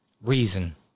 reason